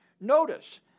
notice